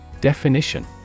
Definition